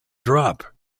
drop